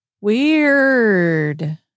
Weird